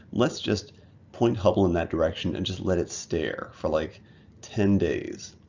let's just point hubble in that direction and just let it stare for like ten days.